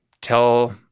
tell